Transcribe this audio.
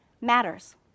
matters